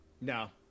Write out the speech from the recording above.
no